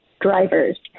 drivers